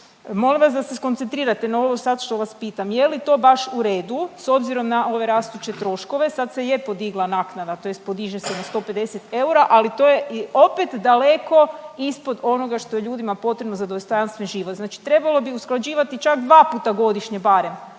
Molim vas da se skoncentrirate na ovo sad što vas pitam je li to baš u redu s obzirom na ove rastuće troškove? Sad se je podigla naknada tj. podiže se na 150 eura ali to je opet daleko ispod onoga što je ljudima potrebno za dostojanstven život. Znači trebalo bi usklađivati čak 2 puta godišnje barem,